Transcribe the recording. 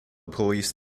police